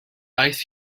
aeth